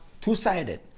two-sided